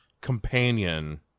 companion